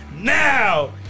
now